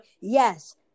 yes